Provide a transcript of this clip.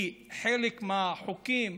כי חלק מהחוקים,